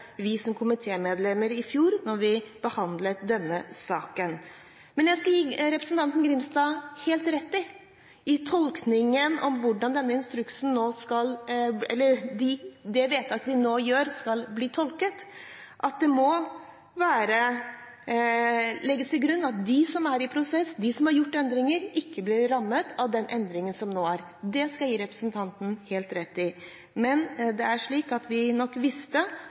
vi som komitémedlemmer også i fjor, da vi behandlet denne saken. Men jeg skal gi representanten Grimstad helt rett i hvordan det vedtaket vi nå gjør, skal bli tolket – at det må legges til grunn at de som er i prosess, de som har gjort endringer, ikke blir rammet av den endringen som nå er. Det skal jeg gi representanten helt rett i. Vi visste nok at her er det uenighet, men da var det